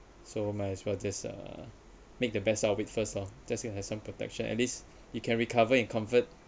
so might as well just uh make the best out of it first lah that's it hasn't protection at least you can recover in comfort